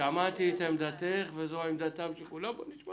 --- שמעתי את עמדתך, בואו נשמע